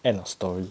end of story